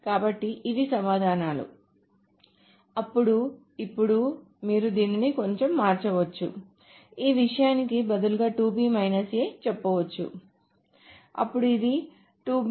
కాబట్టి ఇవి సమాధానాలు అప్పుడు ఇప్పుడు మీరు దీనిని కొంచెం మార్చవచ్చు ఈ విషయానికి బదులుగా చెప్పవచ్చు అప్పుడు ఇది C అవుతుంది